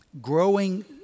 growing